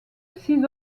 six